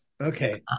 Okay